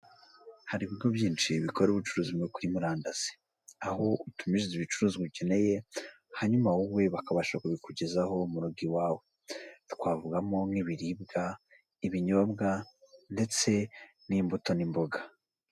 Hari ibigo byinshi bikora ubucuruzi bwo kuri murandasi, aho utumiza ibicuruzwa ukeneye hanyuma wowe bakabasha kukugezaho mu rugo iwawe, twavugamo nk'ibiribwa ibinyobwa ndetse n'imbuto n'imboga.